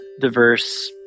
diverse